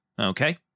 Okay